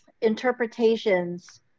interpretations